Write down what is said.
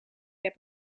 heb